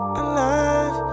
alive